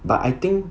but I think